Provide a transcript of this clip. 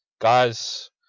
Guys